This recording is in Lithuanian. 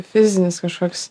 fizinis kažkoks